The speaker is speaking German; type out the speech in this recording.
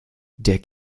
der